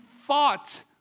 fought